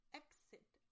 exit